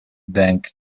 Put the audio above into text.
bank